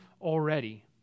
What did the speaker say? already